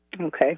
Okay